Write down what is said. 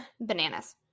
bananas